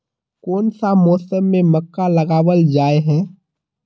कोन सा मौसम में मक्का लगावल जाय है?